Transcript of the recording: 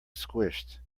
squished